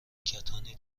کتانی